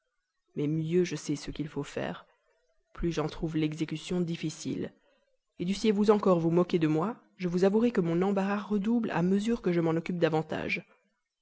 mais mieux je sais ce qu'il faut faire plus j'en sens la difficulté dussiez-vous encore vous moquer de moi je vous avouerai que mon embarras redouble à mesure que je m'en occupe davantage